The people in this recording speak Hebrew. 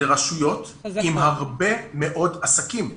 ברשויות עם הרבה מאוד עסקים.